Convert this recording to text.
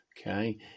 okay